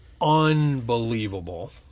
unbelievable